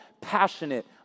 passionate